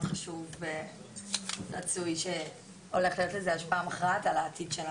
חשוב ומצוי שהולך להיות לזה השפעה מכרעת על העתיד שלנו?